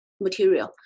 material